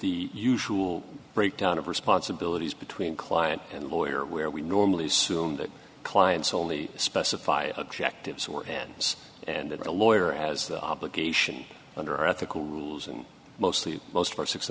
the usual breakdown of responsibilities between client and lawyer where we normally assume that clients wholly specify objectives or hands and that a lawyer has the obligation under ethical rules in mostly most for six